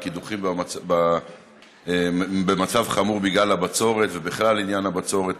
הקידוחים במצב חמור בגלל הבצורת ובכלל עניין הבצורת.